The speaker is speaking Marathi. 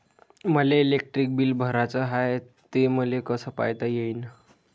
मले इलेक्ट्रिक बिल भराचं हाय, ते मले कस पायता येईन?